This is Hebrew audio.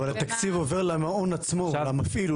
אבל התקציב עובר למעון עצמו למפעיל,